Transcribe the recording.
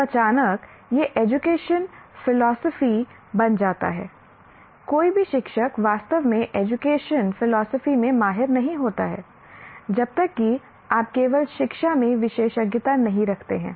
अब अचानक यह एजुकेशन फिलॉसफी बन जाता है कोई भी शिक्षक वास्तव में एजुकेशन फिलॉसफी में माहिर नहीं होता है जब तक कि आप केवल शिक्षा में विशेषज्ञता नहीं रखते हैं